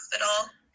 hospital